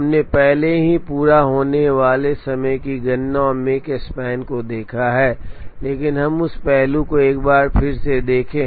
हमने पहले ही पूरा होने वाले समय की गणना और मेक स्पान को देखा है लेकिन हम उस पहलू को एक बार फिर से देखें